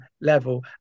level